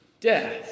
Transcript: death